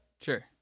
Sure